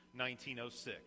1906